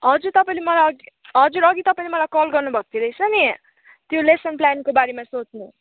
हजुर तपाईँले मलाई अघि हजुर अघि तपाईँले मलाई कल गर्नु भएको रहेछ नि त्यो लेसन प्लेनको बारेमा सोध्नु